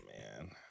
man